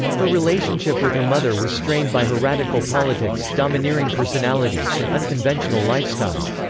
her relationship with her mother was strained by her radical politics, domineering personality, and unconventional lifestyle.